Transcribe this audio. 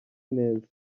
neza